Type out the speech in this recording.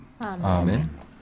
Amen